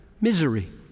misery